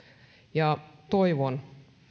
toivon